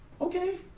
Okay